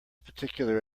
particular